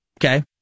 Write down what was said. Okay